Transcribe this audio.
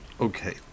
Okay